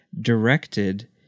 directed